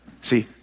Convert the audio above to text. See